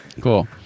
Cool